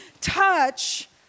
touch